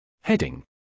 Heading